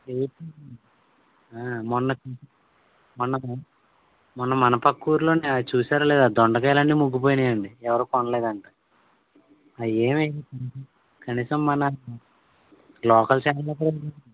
ఏ మొన్న మొన్న మొన్న మన పక్క ఊళ్ళో అది చూసారో లేదో దొండకాయలు అన్నీ ముగ్గుపోయినాయి అండి ఎవరు కొనలేదంట అవి ఏమి కనీసం మన లోకల్ ఛానెల్లో కూడా